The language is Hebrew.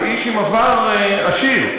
ואיש עם עבר עשיר,